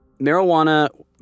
Marijuana